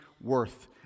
worth